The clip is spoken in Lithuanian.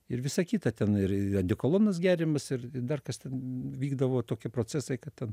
ir visa kita ten ir adekolonas geriamas ir dar kas ten vykdavo tokie procesai kad ten